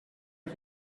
and